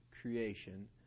creation